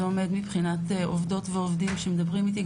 זה עומד מבחינת עובדות ועובדים שמדברים איתי.